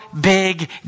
big